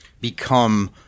become